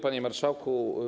Panie Marszałku!